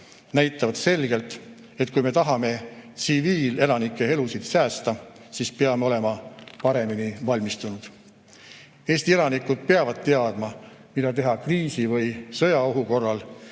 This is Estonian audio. näitavad selgelt, et kui me tahame tsiviilelanike elusid säästa, siis peame olema paremini valmistunud. Eesti elanikud peavad teadma, mida teha kriisi või sõjaohu korral,